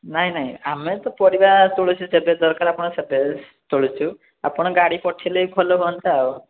ନାହିଁ ନାହିଁ ଆମେତ ପରିବା ତୋଳୁଛୁ ଯେବେ ଦରକାର ଆପଣ ସେବେ ତୋଳୁଛୁ ଆପଣ ଗାଡ଼ି ପଠେଇଲେବି ଭଲ ହୁଅନ୍ତା ଆଉ